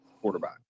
Quarterback